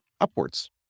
upwards